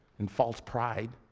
and false pride.